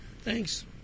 Thanks